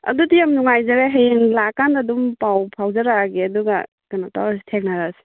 ꯑꯗꯨꯗꯤ ꯌꯥꯝ ꯅꯨꯡꯉꯥꯏꯖꯔꯦ ꯍꯌꯦꯡ ꯂꯥꯛꯀꯥꯟꯗ ꯑꯗꯨꯝ ꯄꯥꯎ ꯐꯥꯎꯖꯔꯑꯒꯦ ꯑꯗꯨꯒ ꯀꯩꯅꯣ ꯇꯧꯔꯁꯤ ꯊꯦꯡꯅꯔꯁꯦ